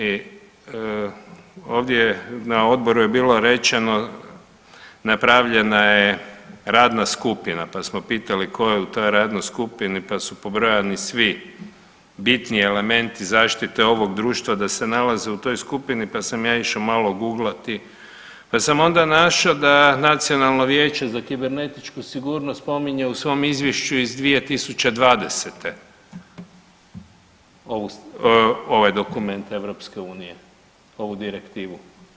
I ovdje na odboru je bilo rečeno napravljena je radna skupina, pa smo pitali tko je u toj radnoj skupini, pa su pobrojani svi bitni elementi zaštite ovog društva da se nalaze u toj skupini, pa sam ja išao malo googlati, pa sam onda našao da Nacionalno vijeće za kibernetičku sigurnost spominje u svom izvješću iz 2020. ovaj dokument Europske unije, ovu direktivu.